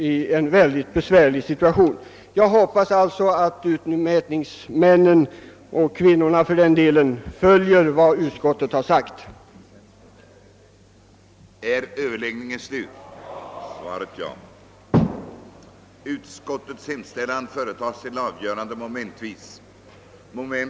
Som tiden nu var långt framskriden beslöt kammaren på förslag av herr tal Mannen att uppskjuta behandlingen av återstående på föredragningslistan upptagna ärenden till morgondagens sam Manträde. Jag får härmed anhålla om ledighet från fullgörande av riksdagsgöromålen under tiden 5 december 1968—7 december 1968 för fullgörande av allmänt uppdrag utomlands.